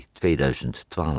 2012